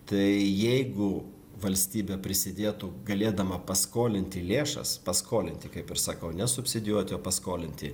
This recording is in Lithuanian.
tai jeigu valstybė prisidėtų galėdama paskolinti lėšas paskolinti kaip ir sakau nesubsidijuoti o paskolinti